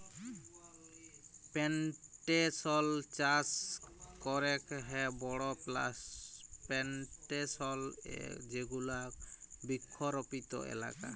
plantation চাস ক্যরেক হ্যয় বড় প্লানটেশল এ যেগুলা বৃক্ষরপিত এলাকা